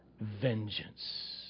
vengeance